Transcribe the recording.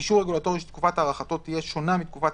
אישור רגולטורי שתקופת הארכתו תהיה שונה מתקופת